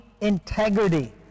integrity